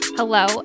Hello